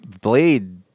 Blade